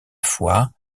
fois